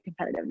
competitiveness